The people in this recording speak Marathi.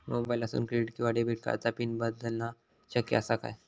मोबाईलातसून क्रेडिट किवा डेबिट कार्डची पिन बदलना शक्य आसा काय?